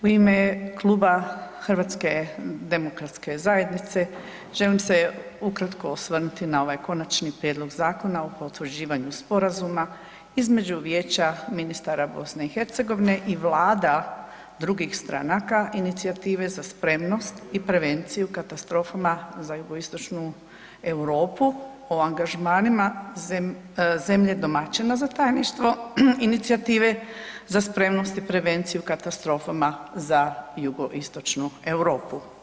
U ime Kluba HDZ-a želim se ukratko osvrnuti na ovaj Konačni prijedlog Zakona o potvrđivanju sporazuma između Vijeća ministara BiH i vlada drugih stranaka inicijative Za spremnost i prevenciju katastrofama za jugoistočnu Europu o angažmanima zemlje domaćina za tajništvo inicijative Za spremnost i prevenciju katastrofama za jugoistočnu Europu.